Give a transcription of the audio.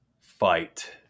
fight